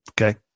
okay